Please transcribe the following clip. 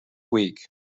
week